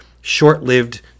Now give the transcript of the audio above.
short-lived